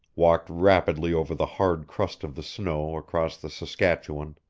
walked rapidly over the hard crust of the snow across the saskatchewan,